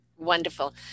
wonderful